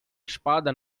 espada